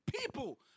people